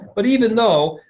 but even though,